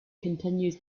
continues